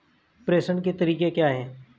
प्रेषण के तरीके क्या हैं?